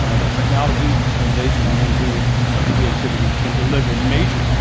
ah that technology, innovation and managerial creativity can deliver major,